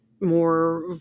more